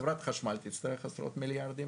חברת החשמל תצטרך עשרות מיליארדים,